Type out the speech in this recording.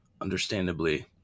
Understandably